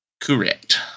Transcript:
Correct